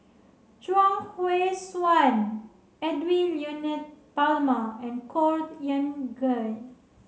Chuang Hui Tsuan Edwy Lyonet Talma and Khor Ean Ghee